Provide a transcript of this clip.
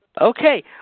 Okay